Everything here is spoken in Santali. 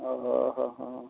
ᱚᱻ ᱦᱚᱸ ᱦᱚᱸ ᱦᱚᱸ